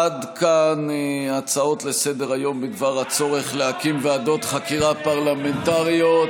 עד כאן הצעות לסדר-היום בדבר הצורך להקים ועדות חקירה פרלמנטריות.